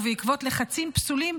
ובעקבות לחצים פסולים,